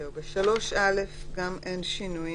ב-(3)(א) גם אין שינויים,